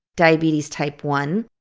diabetes type one,